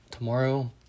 Tomorrow